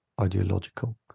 ideological